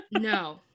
no